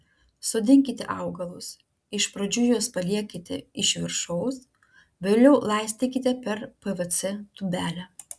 sodinkite augalus iš pradžių juos paliekite iš viršaus vėliau laistykite per pvc tūbelę